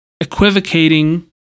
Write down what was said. equivocating